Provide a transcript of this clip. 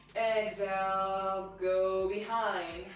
so go behind.